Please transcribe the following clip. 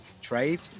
trade